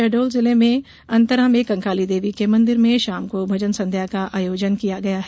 शहडोल जिले के अंतरा में कंकाली देवी के मंदिर में शाम को भजन संध्या का आयोजन किया गया है